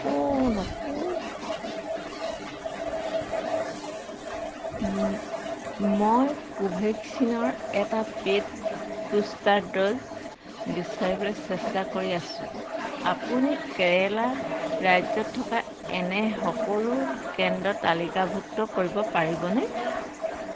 মই কোভেক্সিনৰ এটা পে'ইড বুষ্টাৰ ড'জ বিচাৰিবলৈ চেষ্টা কৰি আছোঁ আপুনি কেৰেলা ৰাজ্যত থকা এনে সকলো কেন্দ্ৰ তালিকাভুক্ত কৰিব পাৰিবনে